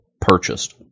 purchased